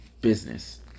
business